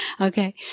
okay